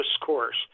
discourse